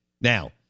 Now